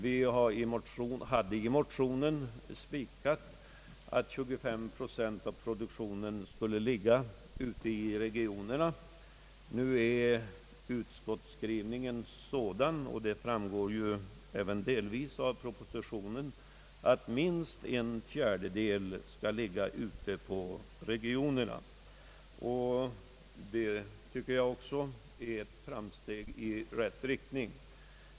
Vi hade i motionen slagit fast att 25 procent av produktionen skulle ligga ute i regionerna. Nu är utskottsskrivningen sådan — och det framgår även delvis av propositionen — att minst en fjärdedel skall ligga ute på regionerna. Detta tycker jag också är ett steg i rätt riktning.